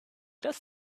does